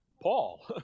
Paul